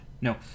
No